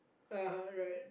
(uh huh) right